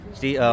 see